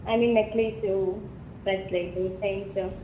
I mean necklace bracelet chains